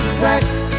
tracks